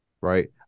Right